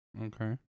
Okay